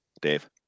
Dave